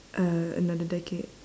uh another decade